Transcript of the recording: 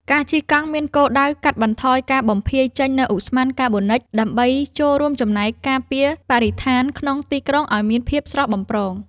ការជិះកង់មានគោលដៅកាត់បន្ថយការបំភាយចេញនូវឧស្ម័នកាបូនិច ដើម្បីចូលរួមចំណែកការពារបរិស្ថានក្នុងទីក្រុងឱ្យមានភាពស្រស់បំព្រង។